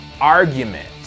argument